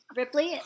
ripley